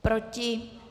Proti?